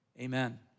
Amen